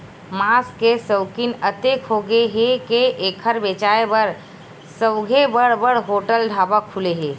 मांस के सउकिन अतेक होगे हे के एखर बेचाए बर सउघे बड़ बड़ होटल, ढाबा खुले हे